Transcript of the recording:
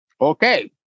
Okay